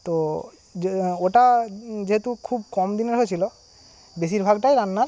তো ওটা যেহেতু খুব কম দিনের হয়েছিলো বেশীরভাগটাই রান্নার